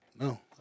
No